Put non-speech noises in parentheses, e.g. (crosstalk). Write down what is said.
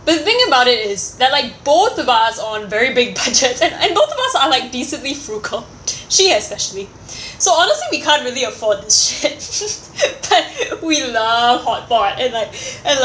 but the thing about it is there're like both of us on very big budgets and and both of us are like decently frugal she especially so honestly we can't really afford this shit (laughs) but we love hotpot and like and like